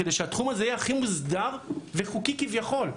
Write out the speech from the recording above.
כדי שהתחום הזה יהיה הכי מוסדר וחוקי כביכול.